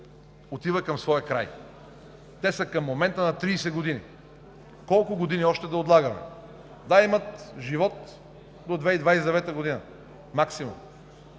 отива към своя край. Те към момента са на 30 години. Колко години още да отлагаме? Да имат живот до 2029 г. – максимум,